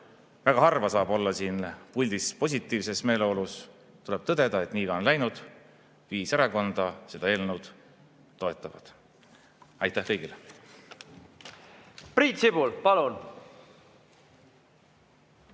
Väga harva saab olla siin puldis positiivses meeleolus, aga tuleb tõdeda, et nii on läinud ja viis erakonda seda eelnõu toetavad. Aitäh kõigile! Priit Sibul, palun!